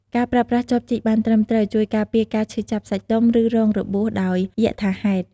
ការប្រើប្រាស់ចបជីកបានត្រឹមត្រូវ ជួយការពារការឈឺចាប់សាច់ដុំ ឬរងរបួសដោយយក្សថាហេតុ។